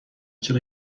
چرا